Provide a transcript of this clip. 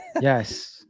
Yes